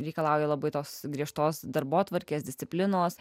reikalauja labai tos griežtos darbotvarkės disciplinos